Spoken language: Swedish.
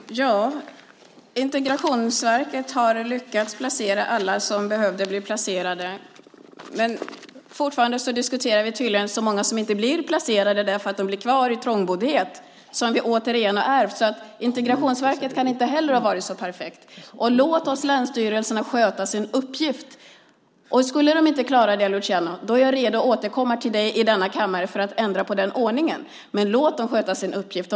Herr talman! Integrationsverket har lyckats placera alla som behövde bli placerade, men fortfarande diskuterar vi tydligen hur många som inte blir placerade eftersom de blir kvar i trångboddhet - ett problem vi har ärvt. Integrationsverket kan alltså inte heller ha varit så perfekt. Låt länsstyrelserna sköta sin uppgift! Skulle de inte klara det, Luciano, är jag redo att återkomma till dig i denna kammare för att ändra på den ordningen. Men låt dem sköta sin uppgift.